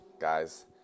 guys